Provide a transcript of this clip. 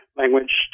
language